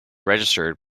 registered